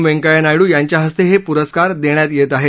व्यंकय्या नायडू यांच्या हस्तर्डि पुरसकार देण्यात येत आहेत